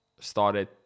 started